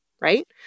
right